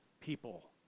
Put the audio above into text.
people